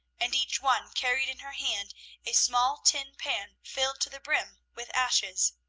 and each one carried in her hand a small tin pan filled to the brim with ashes.